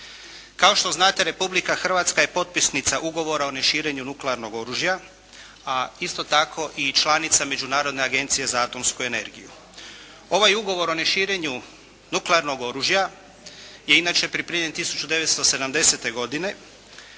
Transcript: Kao što znate Republika Hrvatska je potpisnica Ugovora o neširenju nuklearnog oružja a isto tako i članica Međunarodne agencije za atomsku energiju. Ovaj Ugovor o neširenju nuklearnog oružja je inače pripremljen 1970. godine